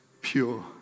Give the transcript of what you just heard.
pure